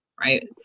right